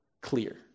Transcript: clear